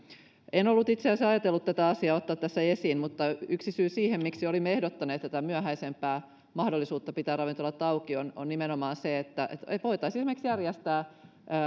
en ollut itse asiassa ajatellut ottaa tätä asiaa tässä esiin mutta yksi syy siihen miksi olimme ehdottaneet tätä myöhäisempää mahdollisuutta pitää ravintolat auki on on nimenomaan se että esimerkiksi voitaisiin järjestää